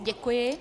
Děkuji.